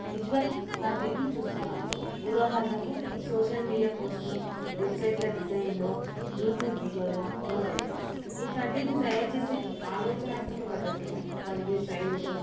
visual కంటెంట్ని చూస్తున్నాము ఉదాహరణకు సోషల్ మీడియా పోస్టులు వెబ్సైట్ల డిజైన్లు యూట్యూబ్ వీడియోలు మొదలైనవి ఈ కంటెంట్ని తయారు చేేసే ఆలోచనాత్మక పద్ధతులు మరియు శైలులు